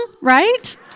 right